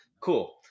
Cool